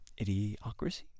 idiocracy